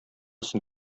соң